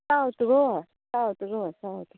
south Goa Sawant Goa south